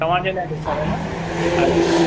तव्हांजे लाइ ॾेखारिया न अच्छा